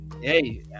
Hey